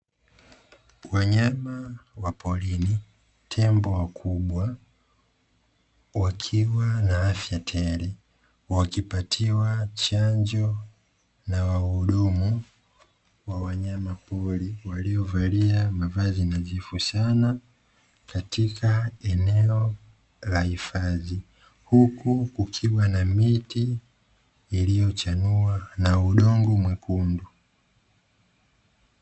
Wanyama wa porini, tembo wakubwa wakiwa na afya tele wakipatiwa chanjo na wahudumu wa wanyama pori waliovalia mavazi nadhifu sana katika eneo la hifadhi. Huku ukiwa na miti iliyochanua na udongo mwekundu.